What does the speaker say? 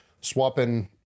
swapping